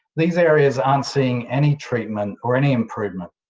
these areas aren't seeing any treatment or any improvement.